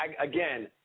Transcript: Again